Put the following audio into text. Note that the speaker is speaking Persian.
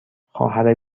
خواهر